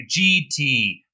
GT